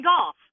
golf